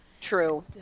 true